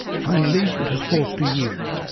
finally it was forced to yield.